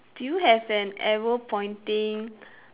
do you have an arrow pointing